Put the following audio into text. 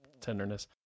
tenderness